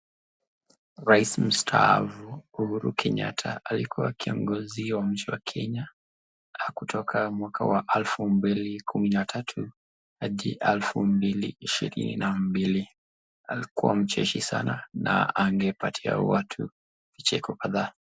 Rais Msataafu Uhuru Kenyatta, alikua kiongozi wa nchi ya Kenya, kutoka mwaka elfu mbili na kumi na tatu hadi elfu mbili ishirini na mbili. Alikua mcheshi sanaa na angepatia watu vicheko kadhaa.